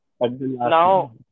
now